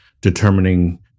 determining